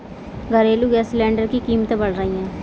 घरेलू gas cylinder की कीमतें बढ़ रही है